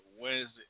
Wednesday